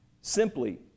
Simply